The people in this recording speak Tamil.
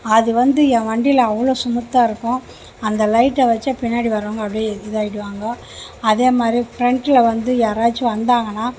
அது வந்து என் வண்டியில் அவ்வளோ ஸ்மூத்தா இருக்கும் அந்த லைட்டை வச்சால் பின்னாடி வர்றவங்க அப்படியே இதாகிடுவாங்க அதேமாதிரி ஃப்ரண்ட்டில் வந்து யாராச்சும் வந்தாங்கனா